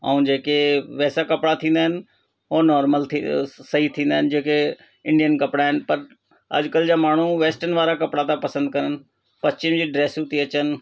ऐं जेके वैसा कपिड़ा थींदा आहिनि हो नॉर्मल थींदा आहिनि हो सही थींदा आहिनि जेके इंडियन कपिड़ा आहिनि त अॼुकल्ह जा माण्हू वेस्टन वारा कपिड़ा था पसंदि कनि पश्चिम जी ड्रेसियूं थी अचनि